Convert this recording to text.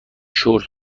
شورت